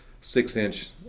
six-inch